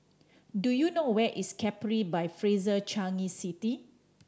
do you know where is Capri by Fraser Changi City